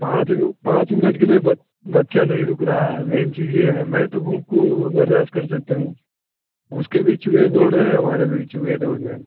पाँच पाँच मिनट के लिए बी बच्चा नहीं रुक रहा है मैन चीज ये है मैं तो भूख को बर्दाश्त कर सकता हूँ उसके भी चूहे दौड़ रहे है